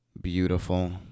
beautiful